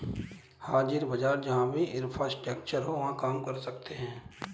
हाजिर बाजार जहां भी इंफ्रास्ट्रक्चर हो वहां काम कर सकते हैं